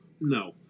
No